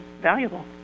valuable